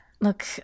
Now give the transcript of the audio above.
Look